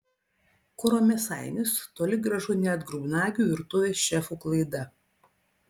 kuro mėsainis toli gražu ne atgrubnagių virtuvės šefų klaida